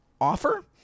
offer